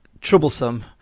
troublesome